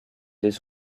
des